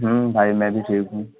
ہوں بھائی میں بھی ٹھیک ہوں